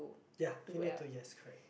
ya you need to just correct